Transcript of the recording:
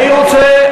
אני רוצה,